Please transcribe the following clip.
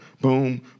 boom